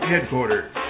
Headquarters